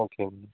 ஓகேங்க